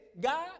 God